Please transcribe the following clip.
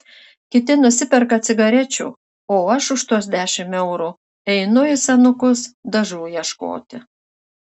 kiti nusiperka cigarečių o aš už tuos dešimt eurų einu į senukus dažų ieškoti